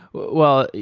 well,